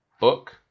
book